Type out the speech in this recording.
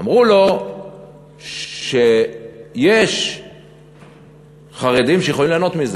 אמרו לו שיש חרדים שיכולים ליהנות מזה.